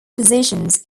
positions